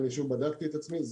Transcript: אני שוב בדקתי את עצמי,